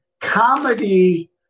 comedy